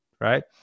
Right